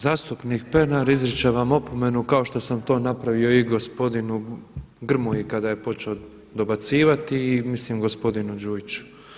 Zastupnik Pernar izričem vam opomenu kao što sam to napravio i gospodinu Grmoji kada je počeo dobacivati i mislim gospodinu Đujiću.